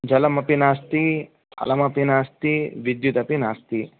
जलमपि नास्ति फलमपि नास्ति विद्युदपि नास्ति